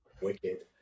wicked